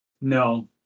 no